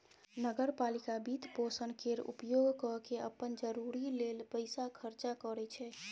नगर पालिका वित्तपोषण केर उपयोग कय केँ अप्पन जरूरी लेल पैसा खर्चा करै छै